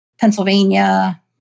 Pennsylvania